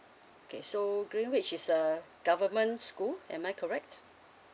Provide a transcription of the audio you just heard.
okay so greenridge is the government school am I correct